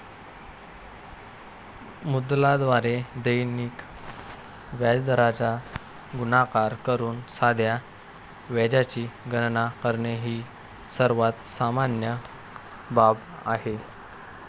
मुद्दलाद्वारे दैनिक व्याजदराचा गुणाकार करून साध्या व्याजाची गणना करणे ही सर्वात सामान्य बाब आहे